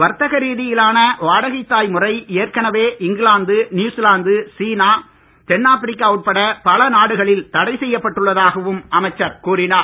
வர்த்தக ரீதியிலான வாடகை தாய் முறை ஏற்கனவே இங்கிலாந்து நியுசிலாந்து சீனா தென்னாப்பிரிக்கா உட்பட பல நாடுகளில் தடை செய்யப்பட்டுள்ளதாகவும் அமைச்சர் கூறினார்